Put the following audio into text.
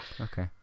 Okay